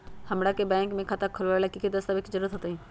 हमरा के बैंक में खाता खोलबाबे ला की की दस्तावेज के जरूरत होतई?